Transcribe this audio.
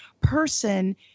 person